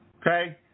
Okay